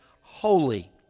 holy